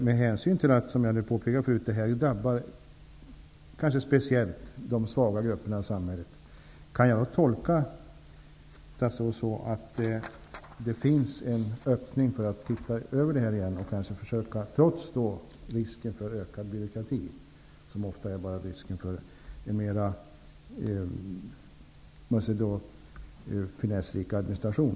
Med hänsyn till att, som jag påpekade tidigare, detta kanske speciellt drabbar de svaga grupperna i samhället, undrar jag om jag kan tolka statsrådet så att det finns en öppning för att titta över det här igen. Att åtgärda det här problemet kan i och för sig innebära en risk för ökad byråkrati, men denna ökade byråkrati är ofta bara en mer finessrik administration.